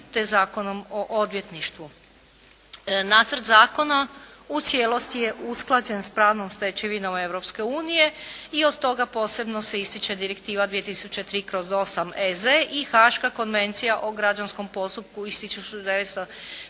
te Zakonom o odvjetništvu. Nacrt zakona u cijelosti je usklađen s pravnom stečevinom Europske unije i od toga posebno se ističe direktiva 2003./8 EZ i Haška konvencija o građanskom postupku iz 1957.